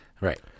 right